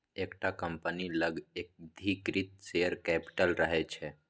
एकटा कंपनी लग अधिकृत शेयर कैपिटल रहय छै